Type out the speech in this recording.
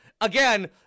Again